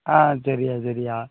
ஆ சரிய்யா சரிய்யா